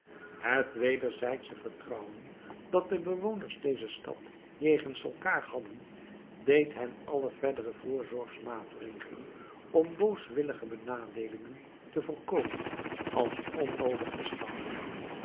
het wederzijdsch vertrouwen dat de bewoners dezer stad jegens elkaar hadden deed hen alle verdere voorzorgsmaatregelen om booswillige benadeelingen te voorkomen als onnoodig beschouwen